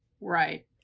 Right